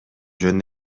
жөн